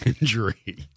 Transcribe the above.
injury